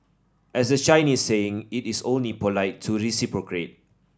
as the Chinese saying it is only polite to reciprocate